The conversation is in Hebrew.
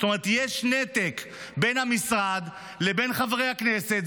זאת אומרת יש נתק בין המשרד לבין חברי הכנסת,